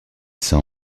s’en